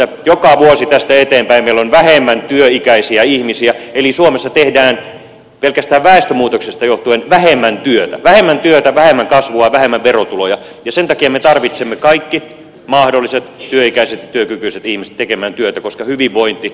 joka vuosi tästä eteenpäin meillä on vähemmän työikäisiä ihmisiä eli suomessa tehdään pelkästään väestömuutoksesta johtuen vähemmän työtä vähemmän työtä vähemmän kasvua vähemmän verotuloja ja sen takia me tarvitsemme kaikki mahdolliset työikäiset ja työkykyiset ihmiset tekemään työtä koska hyvinvointi